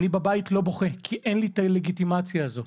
אני בבית לא בוכה כי אין לי את הלגיטימציה הזאת.